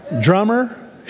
Drummer